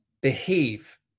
behave